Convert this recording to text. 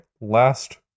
last